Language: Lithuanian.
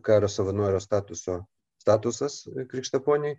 kario savanorio statuso statusas krikštaponiui